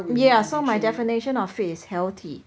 yeah so my definition of fit is healthy